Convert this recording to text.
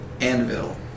anvil